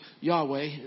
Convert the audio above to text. Yahweh